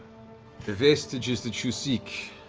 the vestiges that you seek.